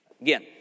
Again